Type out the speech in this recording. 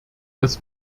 das